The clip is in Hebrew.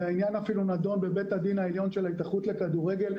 והעניין אפילו נדון בבית הדין העליון של ההתאחדות לכדורגל,